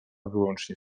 wyłącznie